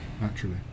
naturally